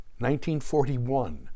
1941